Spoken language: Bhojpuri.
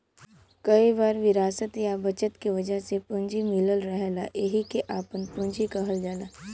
कई बार विरासत या बचत के वजह से पूंजी मिलल रहेला एहिके आपन पूंजी कहल जाला